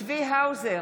צבי האוזר,